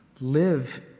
live